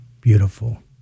Beautiful